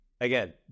Again